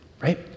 right